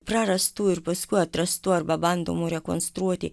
prarastų ir paskui atrastų arba bandomų rekonstruoti